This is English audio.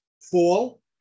fall